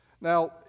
Now